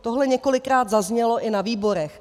Tohle několikrát zaznělo i na výborech.